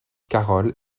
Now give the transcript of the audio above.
carol